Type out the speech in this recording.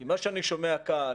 כי מה שאני שומע כאן,